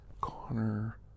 Connor